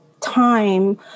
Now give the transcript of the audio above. time